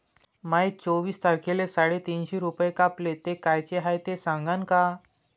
माये चोवीस तारखेले साडेतीनशे रूपे कापले, ते कायचे हाय ते सांगान का?